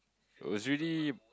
was really